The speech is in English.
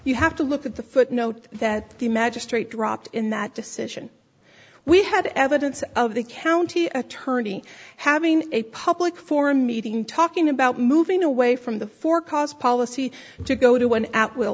you have to look at the footnote that the magistrate dropped in that decision we had evidence of the county attorney having a public forum meeting talking about moving away from the four cars policy to go to one a